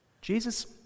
Jesus